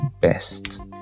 best